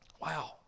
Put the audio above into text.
Wow